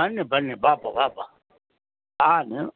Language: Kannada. ಬನ್ನಿ ಬನ್ನಿ ಬಾಪ್ಪ ಬಾಪ್ಪ ಆಂ ನೀವು